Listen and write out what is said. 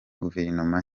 guverinoma